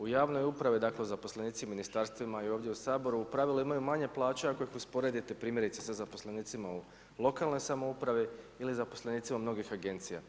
U javnoj upravi dakle zaposlenici u ministarstvima i ovdje u Saboru u pravilu imaju manje plaće ako ih usporedite primjerice sa zaposlenicima u lokalnoj samoupravi ili zaposlenicima mnogih agencija.